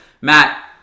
Matt